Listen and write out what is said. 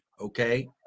okay